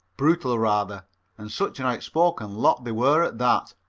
brutal rather and such an outspoken lot they were at that.